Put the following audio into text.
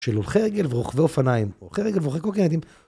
של הולכי רגל ורוכבי אופניים, הולכי רגל ורוכבי קורקינטים